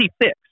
fix